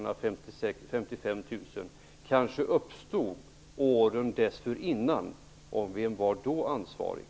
Anledningen till de 55 000 konkurserna kanske uppstod åren dessförinnan, och vem var då ansvarig?